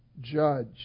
Judge